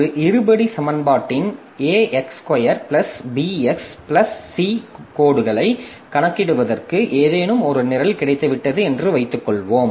ஒரு இருபடி சமன்பாட்டின் ax2 bx c கோடுகளைக் கணக்கிடுவதற்கு ஏதேனும் ஒரு நிரல் கிடைத்துவிட்டது என்று வைத்துக்கொள்வோம்